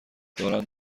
دارند